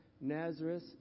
Nazareth